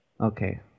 okay